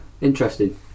interesting